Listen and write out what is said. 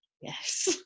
yes